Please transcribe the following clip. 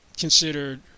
considered